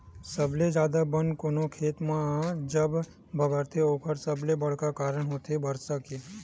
सबले जादा बन कोनो खेत म जब बगरथे ओखर सबले बड़का कारन होथे बरसा के